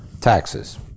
taxes